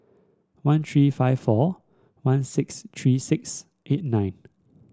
one three five four one six three six eight nine